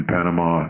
Panama